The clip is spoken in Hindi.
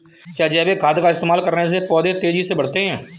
क्या जैविक खाद का इस्तेमाल करने से पौधे तेजी से बढ़ते हैं?